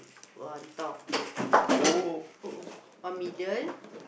one on top [uh-oh] one middle